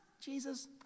Jesus